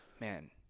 Man